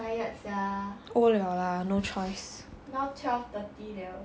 old liao lah no choice